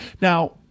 Now